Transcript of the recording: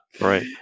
Right